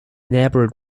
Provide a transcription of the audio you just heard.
never